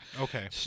Okay